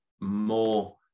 more